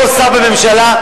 כל שר בממשלה,